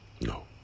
No